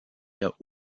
der